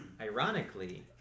ironically